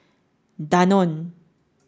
Danone